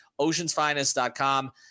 OceansFinest.com